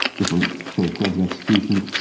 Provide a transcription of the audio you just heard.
different sort of threads of execution.